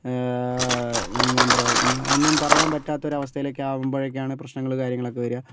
എന്താ പറയുക ഒന്നും പറയാൻ പറ്റാത്ത ഒരു അവസ്ഥയിലേക്ക് ആവുമ്പോഴാണ് പ്രശ്നങ്ങൾ കാര്യങ്ങളൊക്കെ വരിക